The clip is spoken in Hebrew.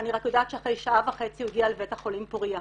אני רק יודעת שאחרי שעה וחצי הוא הגיע לבית החולים פורייה.